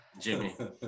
Jimmy